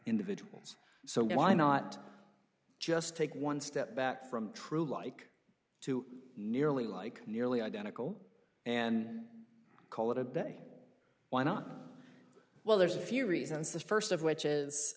individuals so why not just take one step back from truelike to nearly like nearly identical and call it a day why not well there's a few reasons the first of which is